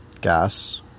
Gas